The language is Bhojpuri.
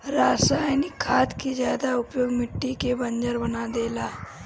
रासायनिक खाद के ज्यादा उपयोग मिट्टी के बंजर बना देला